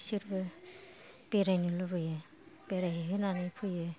बिसोरबो बेरायनो लुबैयो बेरायहैहोनानै फैयो